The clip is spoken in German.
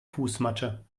fußmatte